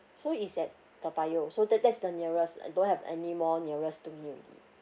so it's at toa payoh so that that's the nearest uh you don't have anymore nearest to me